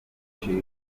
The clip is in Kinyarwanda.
bifuza